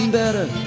better